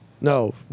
No